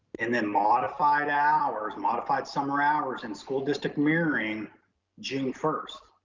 and then modified hours modified summer hours and school district mirroring june first,